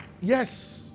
Yes